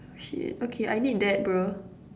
shit okay I need that bruh